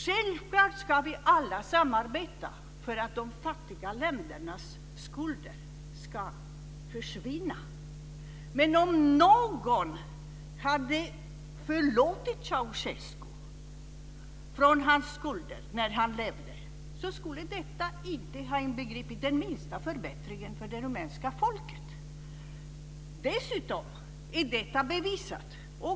Självklart ska vi alla samarbeta för att de fattiga ländernas skulder ska försvinna. Men om någon hade förlåtit Ceaucescu hans skulder medan han levde skulle detta inte ha inneburit den minsta förbättring för det rumänska folket. Detta är dessutom historiskt bevisat.